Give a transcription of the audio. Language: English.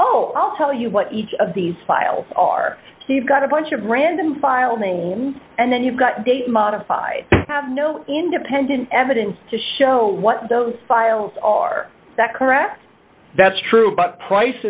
oh tell you what each of these files are he got a bunch of random file names and then you've got date modified have no independent evidence to show what those files are that correct that's true but price